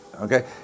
Okay